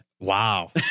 wow